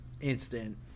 instant